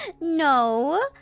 No